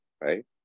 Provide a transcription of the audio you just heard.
right